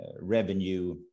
revenue